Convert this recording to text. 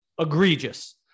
Egregious